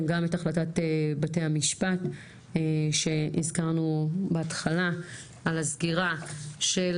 גם את החלטת בתי המשפט שהזכרנו בהתחלה על הסגירה של